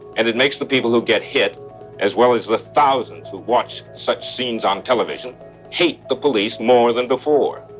and it makes the people who get hit as well as the thousands who watch such scenes on television hate the police more than before.